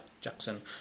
jackson